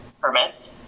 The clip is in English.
permits